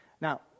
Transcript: Now